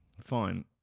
Fine